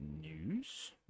News